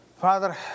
Father